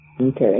Okay